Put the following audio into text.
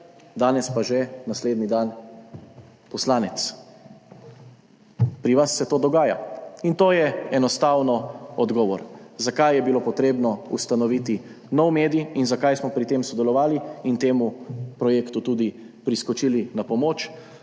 danes, naslednji dan pa že poslanec. Pri vas se to dogaja. In to je enostavno odgovor, zakaj je bilo potrebno ustanoviti nov medij in zakaj smo pri tem sodelovali in temu projektu tudi priskočili na pomoč: